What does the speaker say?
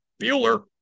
Bueller